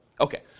Okay